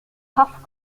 tuff